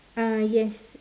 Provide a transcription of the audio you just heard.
uh yes